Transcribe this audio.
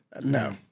No